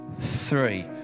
three